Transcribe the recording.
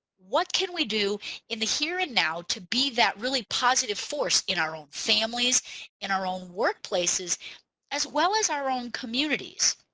what can we do in the here and now to be that really positive force in our own families in our own workplaces as well as our own communities?